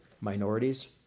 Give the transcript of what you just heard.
Minorities